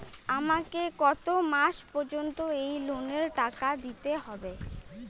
আমাকে কত মাস পর্যন্ত এই লোনের টাকা দিতে হবে?